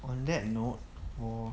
on that note 我